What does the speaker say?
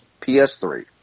PS3